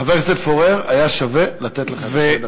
חבר הכנסת פורר, היה שווה לתת לך את שתי הדקות.